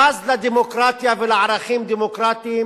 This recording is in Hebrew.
הבז לדמוקרטיה ולערכים דמוקרטיים,